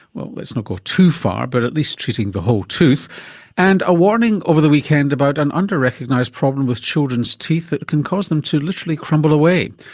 well, let's not go too far, but at least treating the whole tooth and a warning over the weekend about an under-recognised problem with children's teeth that can cause them to literally crumble away.